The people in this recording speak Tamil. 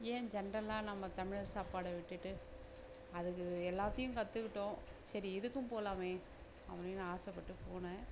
ஏன் ஜென்ரலாக நம்ம தமிழர் சாப்பாடை விட்டுவிட்டு அதுக்கு எல்லாத்தையும் கற்றுக்கிட்டோம் சரி இதுக்கும் போலாம் அப்படின்னு ஆசைப்பட்டு போனேன்